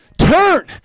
turn